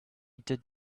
did